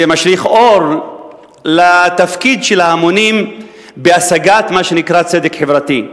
זה משליך אור על התפקיד של ההמונים בהשגת מה שנקרא "צדק חברתי"